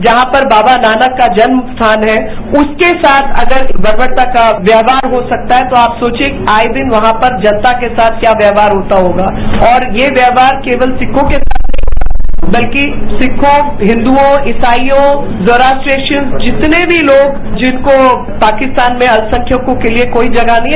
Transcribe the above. जहां पर बाबा नानक का जन्मस्थान है उसके साथ अगर बर्बरता का व्यकहार हो सकता है तो आप सोविए आए दिन वहां पर जनता के साथ क्या व्यक्हार होता होगा और ये व्यक्हार केवल सिक्खों के साथ नहीं हो रहा बलकि सिक्खों हिन्दुओं इसाईयों ज्यूराप्ट्रेरान जितने भी तोग जिनकों पाकिस्तान में अल्पसंख्यकों के लिए कोई जगह नहीं है